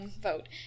vote